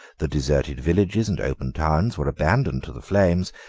the deserted villages and open towns were abandoned to the flames,